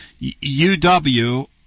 UW